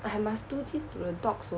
I must do this to the dogs